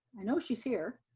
i know she's here.